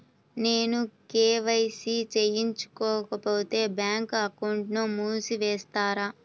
నేను కే.వై.సి చేయించుకోకపోతే బ్యాంక్ అకౌంట్ను మూసివేస్తారా?